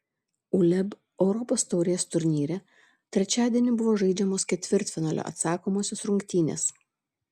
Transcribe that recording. uleb europos taurės turnyre trečiadienį buvo žaidžiamos ketvirtfinalio atsakomosios rungtynės